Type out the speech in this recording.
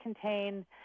contain